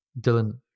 Dylan